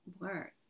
work